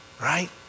right